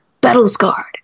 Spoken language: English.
battle-scarred